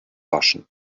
waschen